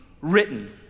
written